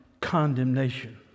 condemnation